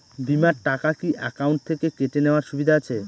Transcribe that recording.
বিমার টাকা কি অ্যাকাউন্ট থেকে কেটে নেওয়ার সুবিধা আছে?